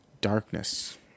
darkness